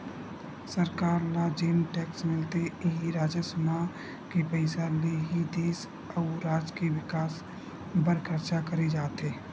सरकार ल जेन टेक्स मिलथे इही राजस्व म के पइसा ले ही देस अउ राज के बिकास बर खरचा करे जाथे